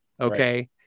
okay